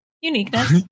uniqueness